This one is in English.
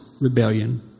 rebellion